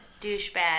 douchebag